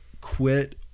quit